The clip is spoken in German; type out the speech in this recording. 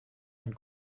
ein